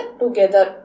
together